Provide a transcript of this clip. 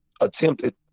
attempted